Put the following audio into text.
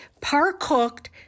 par-cooked